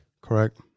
Correct